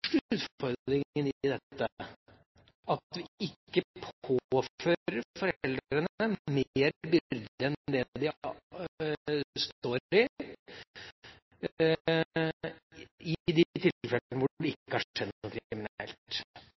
utfordringen i dette blir at vi ikke påfører foreldrene større byrder enn det de har, i de tilfellene der det ikke har skjedd noe